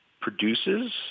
produces